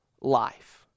life